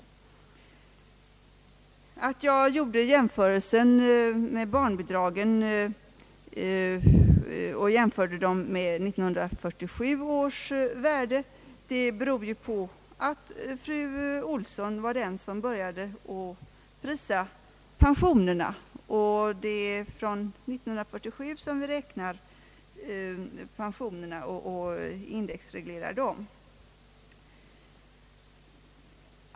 Att jag gjorde en jämförelse med barnbidragen och därvid utgick från 1947 års värde berodde på att fru Olsson var den som började prisa att vi indexreglerar pensionerna, med utgångspunkt från 1947.